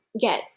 get